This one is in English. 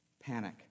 panic